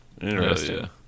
Interesting